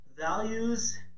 values